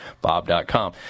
bob.com